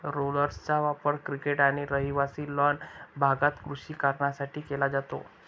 रोलर्सचा वापर क्रिकेट आणि रहिवासी लॉन भागात कृषी कारणांसाठी केला जातो